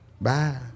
Bye